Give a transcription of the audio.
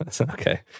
Okay